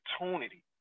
opportunity